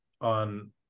on